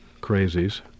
crazies